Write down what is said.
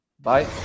Bye